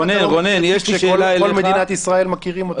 למרות שכל מדינת ישראל מכירים אותו.